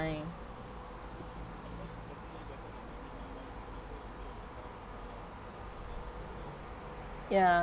ya